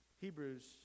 Hebrews